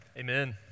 Amen